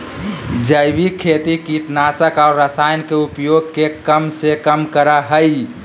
जैविक खेती कीटनाशक और रसायन के उपयोग के कम से कम करय हइ